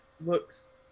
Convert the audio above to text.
looks